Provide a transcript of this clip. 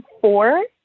four